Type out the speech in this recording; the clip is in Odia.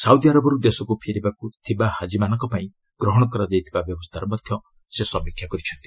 ସାଉଦୀଆରବରୁ ଦେଶକୁ ଫେରିବାକୁ ଥିବା ହାକ୍ଷିମାନଙ୍କ ପାଇଁ ଗ୍ରହଣ କରାଯାଇଥିବା ବ୍ୟବସ୍ଥାର ମଧ୍ୟ ସେ ସମୀକ୍ଷାକରିଛନ୍ତି